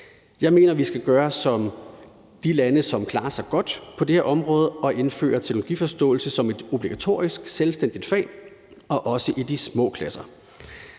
Jeg mener, vi skal gøre som de lande, som klarer sig godt på det her område, og indføre teknologiforståelse som et obligatorisk selvstændigt fag og også i de små klasser.